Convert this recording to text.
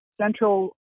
central